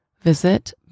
Visit